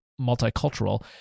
multicultural